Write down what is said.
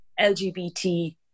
LGBT